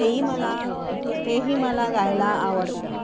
तेही मला तिथेही मला गायला आवडतं